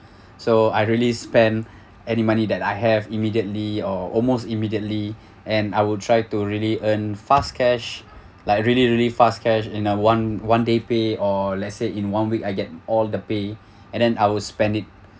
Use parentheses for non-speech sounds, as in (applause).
so I really spend any money that I have immediately or almost immediately and I will try to really earn fast cash like really really fast cash in a one one day pay or let's say in one week I get all the pay (breath) and then I will spend it